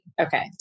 Okay